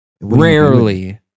Rarely